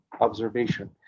observation